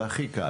זה הכי קל,